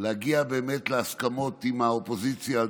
להגיע באמת להסכמות עם האופוזיציה על